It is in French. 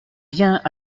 viens